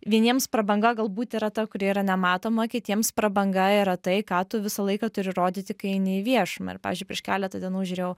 vieniems prabanga galbūt yra ta kuri yra nematoma kitiems prabanga yra tai ką tu visą laiką turi rodyti kai eini į viešumą ir pavyzdžiui prieš keletą dienų žiūrėjau